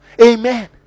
Amen